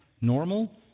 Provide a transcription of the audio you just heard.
normal